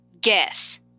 Guess